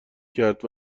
کرد